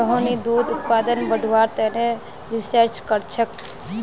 रोहिणी दूध उत्पादन बढ़व्वार तने रिसर्च करछेक